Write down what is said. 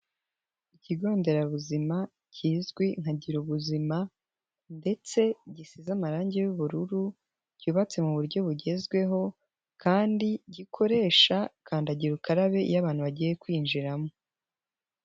Ikigonderabuzima kizwi Nkagira ubuzima ndetse gisize amarangi y'ubururu yubatse mu buryo bugezweho kandi gikoresha kandagiraukarabe. Iyo abantu bagiye kwinjiramo.